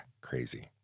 crazy